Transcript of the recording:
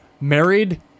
married